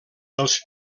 els